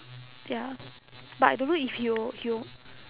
ya but I don't know if he will he will